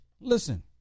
Listen